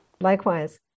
Likewise